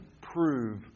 prove